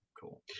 Cool